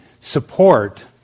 support